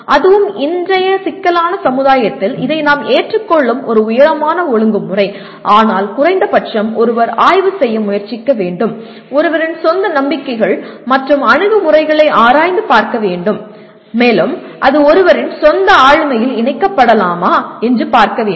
அதுவும் இன்றைய சிக்கலான சமுதாயத்தில் இது நாம் ஏற்றுக்கொள்ளும் ஒரு உயரமான ஒழுங்கு முறை ஆனால் குறைந்தபட்சம் ஒருவர் ஆய்வு செய்ய முயற்சிக்க வேண்டும் ஒருவரின் சொந்த நம்பிக்கைகள் மற்றும் அணுகுமுறைகளை ஆராய்ந்து பார்க்க வேண்டும் மேலும் அது ஒருவரின் சொந்த ஆளுமையில் இணைக்கப்படலாமா என்று பார்க்க வேண்டும்